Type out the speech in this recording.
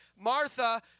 Martha